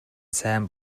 сайн